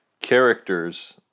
characters